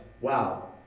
wow